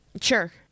sure